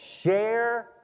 share